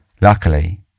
Luckily